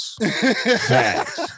Facts